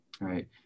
right